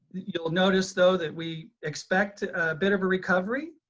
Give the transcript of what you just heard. you'll notice though that we expect a bit of a recovery.